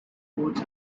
court